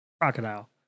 crocodile